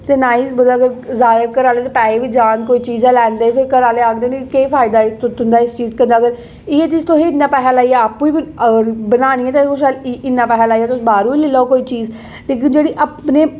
prize बगैरा अगर ज्यादा होंदा ऐह्में घरै आहलें दे पैसै बी जाह्न कोई चीज़ लैंदे फिर घरै आहले आखदे न केह् फायदा तु'दां इ'यां इस चीज़ गी करने दा इन्ना पैसा लाइयै जे तुसें बाह्रा गै लेई लैओ कोई चीज़ इक जैहडे आपने